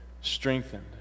strengthened